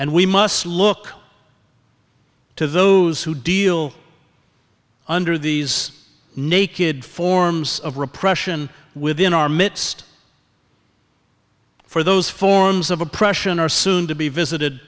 and we must look to those who deal under these naked forms of repression within our midst for those forms of oppression are soon to be visited